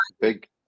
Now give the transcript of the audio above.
big